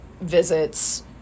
visits